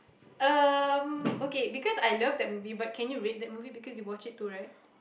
um okay because I love that movie but can you rate that movie because you watched too right